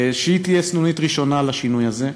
שהיא תהיה סנונית ראשונה לגבי השינוי הזה,